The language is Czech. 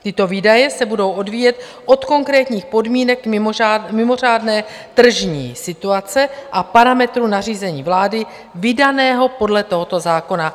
Tyto výdaje se budou odvíjet od konkrétních podmínek mimořádné tržní situace a parametrů nařízení vlády vydaného podle tohoto zákona.